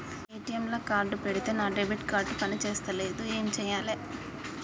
ATM లా card పెడితే నా డెబిట్ కార్డ్ పని చేస్తలేదు ఏం చేయాలే?